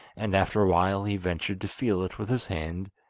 and after a while he ventured to feel it with his hand,